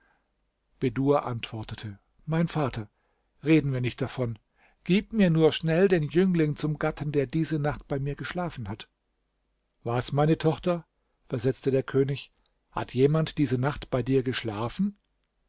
bedur antwortete mein vater reden wir nicht davon gib mir nur schnell den jüngling zum gatten der diese nacht bei mir geschlafen hat was meine tochter versetzte der könig hat jemand diese nacht bei dir geschlafen